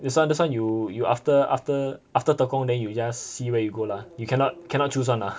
this one this one you after tekong then you just see where you go lah you cannot cannot choose one ah